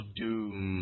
doom